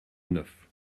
neuf